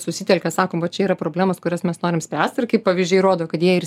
susitelkia sakom va čia yra problemos kurias mes norim spręst ir kaip pavyzdžiai rodo kad jie ir